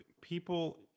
people